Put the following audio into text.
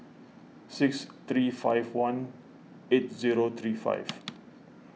six three five one eight zero three five